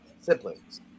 siblings